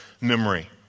memory